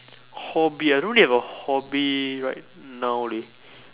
hobby ah I don't really have a hobby right now leh